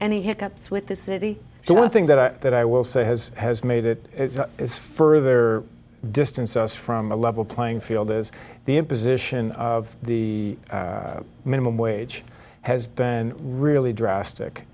any hiccups with this city so one thing that i that i will say has has made it is further distances from a level playing field is the imposition of the minimum wage has been really drastic